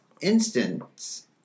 instance